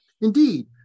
Indeed